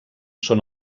són